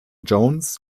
jones